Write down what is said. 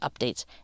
updates